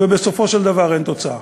ובסופו של דבר אין תוצאה.